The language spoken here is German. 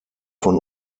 von